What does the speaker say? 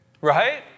right